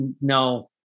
no